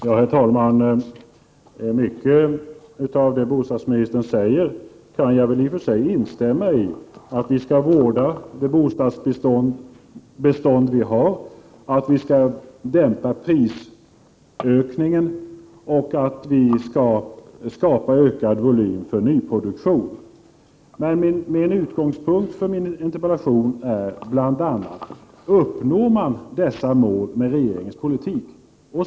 Herr talman! Jag kan i och för sig instämma i mycket av det som S 3 vering av bostäder bostadsministern säger, att vi skall vårda det bostadsbestånd vi har, att vi skall dämpa prisökningen och att vi skall skapa ökad volym för nyproduktion. Men utgångspunkten för min interpellation är bl.a. om man uppnår dessa mål med regeringens politik.